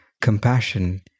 compassion